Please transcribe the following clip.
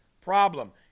problem